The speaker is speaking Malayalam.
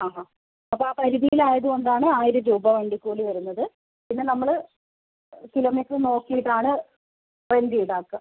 അ അ അപ്പോൾ ആ പരിധിൽ ആയതുകൊണ്ടാണ് ആയിരം രൂപ വണ്ടി കൂലി വരുന്നത് പിന്നെ നമ്മൾ കിലോമീറ്റർ നോക്കിയിട്ടാണ് റെൻറ്റ് ഈടാക്കുക